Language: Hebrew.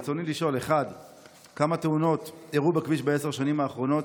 רצוני לשאול: 1. כמה תאונות אירעו בכביש בעשר השנים האחרונות?